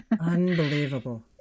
Unbelievable